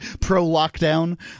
pro-lockdown